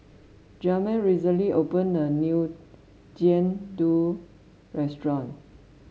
Jamir recently opened a new Jian Dui restaurant